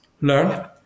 learn